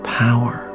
power